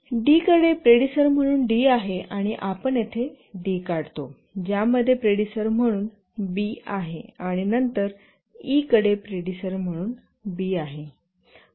आणि डीकडे प्रेडिसर म्हणून डी आहे आणि आपण येथे डी काढतो ज्यामध्ये प्रेडिसर म्हणून बी आहे आणि नंतर ईकडे प्रेडिसर म्हणून बी आहे